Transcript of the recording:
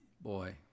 Boy